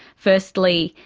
firstly,